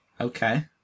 Okay